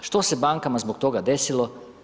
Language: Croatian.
Što se bankama zbog toga desilo?